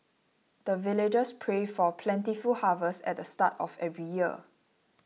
the villagers pray for plentiful harvest at the start of every year